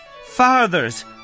fathers